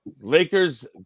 Lakers